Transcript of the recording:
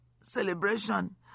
celebration